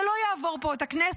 זה לא יעבור פה את הכנסת,